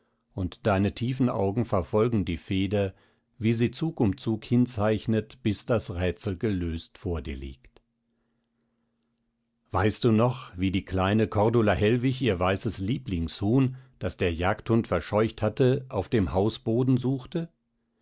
und deine tiefen augen verfolgen die feder wie sie zug um zug hinzeichnet bis das rätsel gelöst vor dir liegt weißt du noch wie die kleine cordula hellwig ihr weißes lieblingshuhn das der jagdhund verscheucht hatte auf dem hausboden suchte